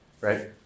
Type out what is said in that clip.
right